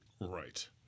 Right